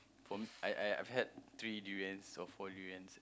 for me I I I've had three durian or four durian